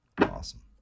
Awesome